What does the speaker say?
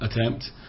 attempt